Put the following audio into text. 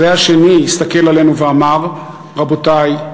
אחרי השני הסתכל עלינו ואמר: רבותי,